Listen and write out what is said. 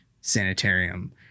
sanitarium